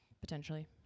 potentially